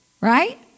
right